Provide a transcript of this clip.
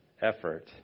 effort